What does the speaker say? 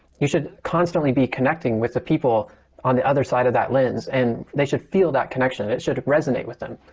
you should constantly be connecting with the people on the other side of that lens. and they should feel that connection. it should resonate with them.